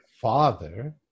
father